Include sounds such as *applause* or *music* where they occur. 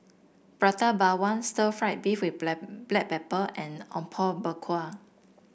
Prata Bawang Stir Fried Beef with *unintelligible* Black Pepper and Apom Berkuah